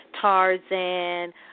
tarzan